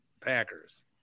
Packers